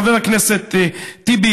חבר הכנסת טיבי,